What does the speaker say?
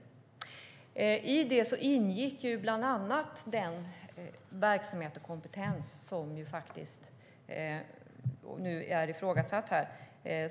Som en garnisonsgemensam resurs i detta ingick den verksamhet och kompetens som nu är ifrågasatt här.